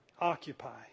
Occupy